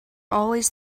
always